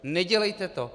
Nedělejte to.